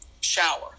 shower